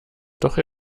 doch